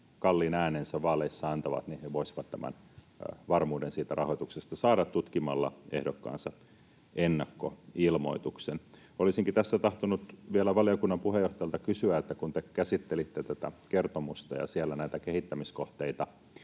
kalliin äänensä vaaleissa antavat, niin he voisivat tämän varmuuden siitä rahoituksesta saada tutkimalla ehdokkaansa ennakkoilmoituksen. Olisinkin tässä tahtonut vielä valiokunnan puheenjohtajalta kysyä, että kun te käsittelitte tätä kertomusta ja siellä näitä kehittämiskohteita